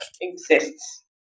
exists